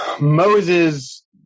Moses